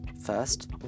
first